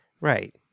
right